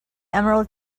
emerald